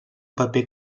paper